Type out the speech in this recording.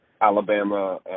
Alabama